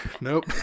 Nope